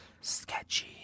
Sketchy